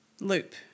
loop